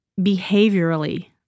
behaviorally